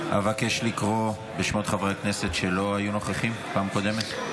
אבקש לקרוא בשמות חברי הכנסת שלא היו נוכחים בפעם הקודמת.